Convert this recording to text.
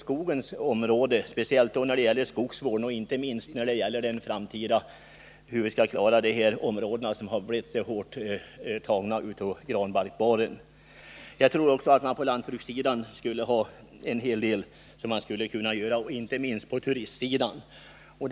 Jag tänker speciellt på insatser inom skogsvården, eftersom vi har områden som drabbats svårt av skador orsakade av granbarkborren. Insatser skulle också kunna göras inom lantbruket liksom även inom turistnäringen.